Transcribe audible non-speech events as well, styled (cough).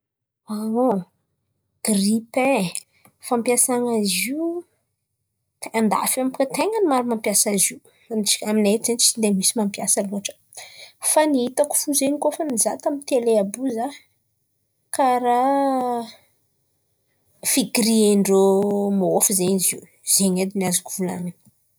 (hesitation) Grille pin e, fampiasana izy io andafy an̈y bôka ten̈any maro mampiasa zio. Amin̈ay eto zen̈y tsy dia, misy mampiasa loatra fa ny hitako fo zen̈y koa fa mizaha tamin'n̈y tele àby io zah, karaha fi-grille ndrô môfo zen̈y zio. Zen̈y edy ny azoko volan̈ina.